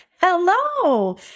hello